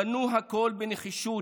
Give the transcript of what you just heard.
בנו הכול בנחישות,